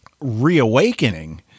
reawakening